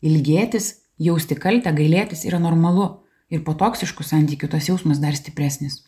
ilgėtis jausti kaltę gailėtis yra normalu ir po toksiškų santykių tas jausmas dar stipresnis